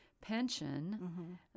pension